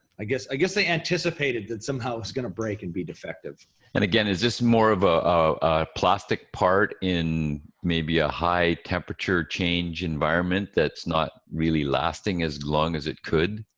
i guess i guess they anticipated that somehow it's going to break and be defective. mark and again, is this more of ah a plastic part in maybe a high temperature change environment that's not really lasting as long as it could?